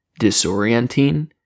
disorienting